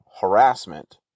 harassment